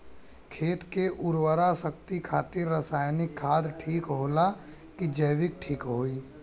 खेत के उरवरा शक्ति खातिर रसायानिक खाद ठीक होला कि जैविक़ ठीक होई?